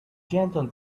gentle